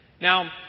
Now